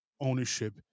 ownership